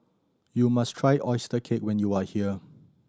you must try oyster cake when you are here